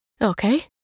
Okay